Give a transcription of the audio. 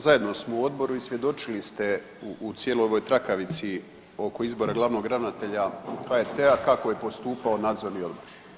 Zajedno smo u Odboru i svjedočili ste u cijeloj ovoj trakavici oko izbora glavnog ravnatelja HRT-a kako je postupao Nadzorni odbor.